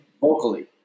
Vocally